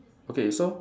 okay so